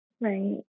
Right